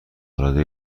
العاده